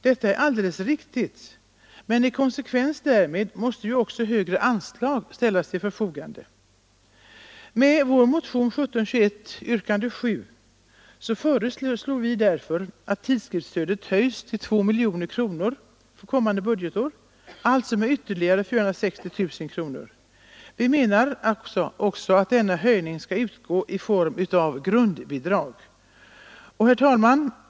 Detta är alldeles riktigt, men i konsekvens därmed måste också högre anslag ställas till förfogande. Med vår motion nr 1721, yrkande 7, föreslår vi därför att tidskriftsstödet höjs till 2 miljoner kronor för kommande budgetår, alltså med ytterligare 460 000 kronor. Vi menar också att denna höjning skall utgå i form av grundbidrag. Herr talman!